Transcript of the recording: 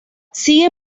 sigue